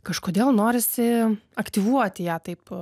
kažkodėl norisi aktyvuoti ją taip